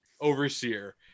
overseer